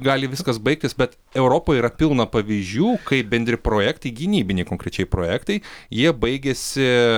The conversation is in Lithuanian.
gali viskas baigtis bet europoj yra pilna pavyzdžių kai bendri projektai gynybiniai konkrečiai projektai jie baigiasi